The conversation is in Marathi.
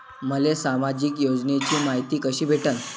मले सामाजिक योजनेची मायती कशी भेटन?